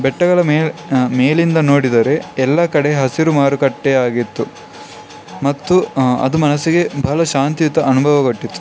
ಬೆಟ್ಟಗಳ ಮೇಲೆ ಮೇಲಿಂದ ನೋಡಿದರೆ ಎಲ್ಲ ಕಡೆ ಹಸಿರು ಮಾರುಕಟ್ಟೆಯಾಗಿತ್ತು ಮತ್ತು ಅದು ಮನಸ್ಸಿಗೆ ಭಾಳ ಶಾಂತಿಯುತ ಅನುಭವ ಕೊಟ್ಟಿತು